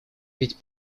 ведь